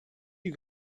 you